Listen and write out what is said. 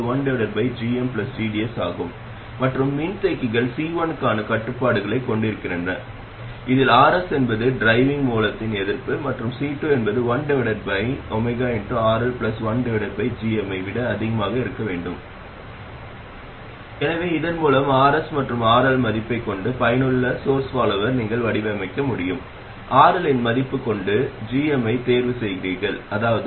வெளியீட்டு மின்னோட்டத்திற்கு பதிலாக நீங்கள் வெளியீட்டு மின்னழுத்தம் vo ஐப் பார்க்கிறீர்கள் நம்மிடம் vovi RD||RLR1 இருக்கும் பெருக்கி மற்றும் இதன் பொருள் இதுதான்gmR1 1 மூலத்தில் உங்களுக்கு எதிர்ப்பு இருந்தால் vovi gmRD||RL இந்த முழுத் தொகுதியையும் இந்த மூன்று முனையங்களையும் இது இது மற்றும் இதையும் மூன்று முனைய வரம்பாக நீங்கள் நினைக்கலாம் அதன் g m MOS ஐ விட மிகச் சிறியது